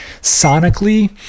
sonically